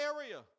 area